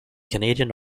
canadian